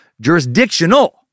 jurisdictional